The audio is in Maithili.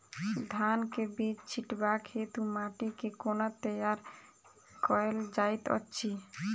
धान केँ बीज छिटबाक हेतु माटि केँ कोना तैयार कएल जाइत अछि?